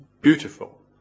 beautiful